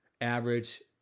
Average